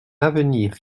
avenir